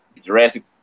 Jurassic